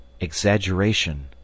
exaggeration